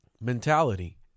mentality